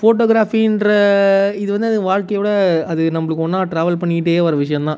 ஃபோட்டோகிராஃபின்ற இது வந்து அந்த வாழ்க்கையோடு அது நம்மளுக்கு ஒன்னாக ட்ராவல் பண்ணிக்கிட்டே வர விஷயம் தான்